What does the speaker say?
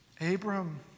Abram